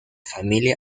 familia